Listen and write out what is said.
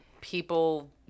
People